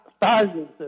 thousands